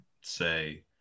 say